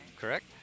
Correct